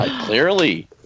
Clearly